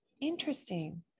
Interesting